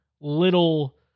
little